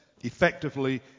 effectively